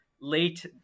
late